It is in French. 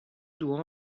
doit